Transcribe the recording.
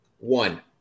One